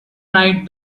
night